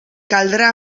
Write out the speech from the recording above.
caldrà